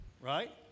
Right